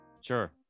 Sure